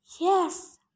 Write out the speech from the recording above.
Yes